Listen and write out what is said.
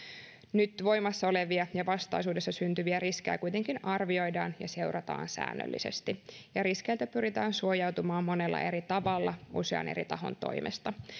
nyt voimassa olevia ja vastaisuudessa syntyviä riskejä kuitenkin arvioidaan ja seurataan säännöllisesti ja riskeiltä pyritään suojautumaan monella eri tavalla usean eri tahon toimesta